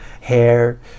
hair